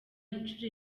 inshuro